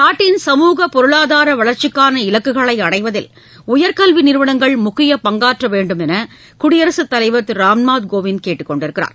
நாட்டின் சமூக பொருளாதார வளர்ச்சிக்கான இலக்குகளை அடைவதில் உயர்கல்வி நிறுவனங்கள் முக்கியப் பங்காற்ற வேண்டும் என குடியரசுத் தலைவர் திரு ராம்நாத் கோவிந்த் கேட்டுக் கொண்டுள்ளார்